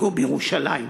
הוא בירושלים.